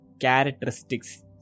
characteristics